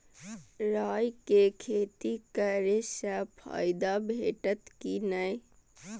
राय के खेती करे स फायदा भेटत की नै?